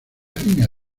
línea